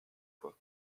quoi